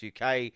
UK